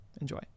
Enjoy